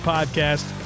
Podcast